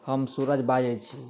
हम सूरज बाजै छी